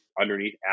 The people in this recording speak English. underneath